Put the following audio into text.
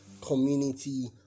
community